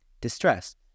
distress